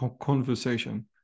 conversation